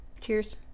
cheers